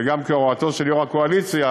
וגם כהוראתו של יושב-ראש הקואליציה,